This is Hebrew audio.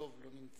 דב לא נמצא,